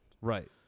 Right